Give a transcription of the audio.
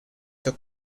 took